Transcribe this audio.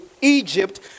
Egypt